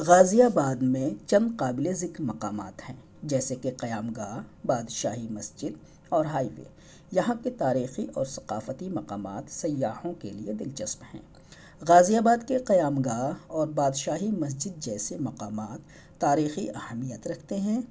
غازی آباد میں چند قابل ذکر مقامات ہیں جیسے کہ قیام گاہ بادشاہی مسجد اور ہائی وے یہاں کی تاریخی اور ثقافتی مقامات سیاحوں کے لیے دلچسپ ہیں غازی آباد کے قیام گاہ اور بادشاہی مسجد جیسے مقامات تاریخی اہمیت رکھتے ہیں